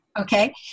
Okay